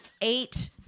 eight